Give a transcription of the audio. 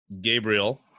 Gabriel